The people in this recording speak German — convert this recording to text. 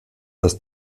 das